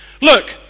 Look